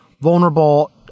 vulnerable